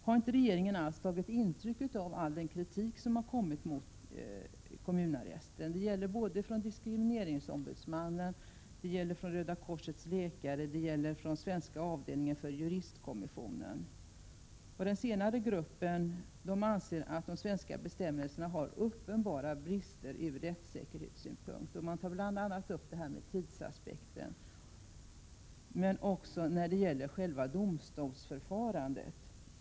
Har inte regeringen på något sätt tagit intryck av all den kritik som har kommit mot kommunarresten? Det har framförts kritik från diskrimineringsombudsmannen, Röda korsets läkare och den svenska avdelningen för juristkommissionen. Den senare gruppen anser att de svenska bestämmelserna har uppenbara brister ur rättssäkerhetssynpunkt. Man tar bl.a. upp detta med tidsaspekten, men man kritiserar även själva domstolsförfarandet.